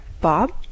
Bob